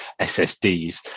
SSDs